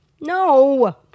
No